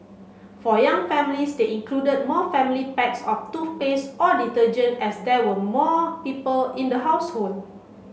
for young families they included more family packs of toothpaste or detergent as there were more people in the household